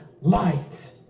light